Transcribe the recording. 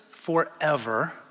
forever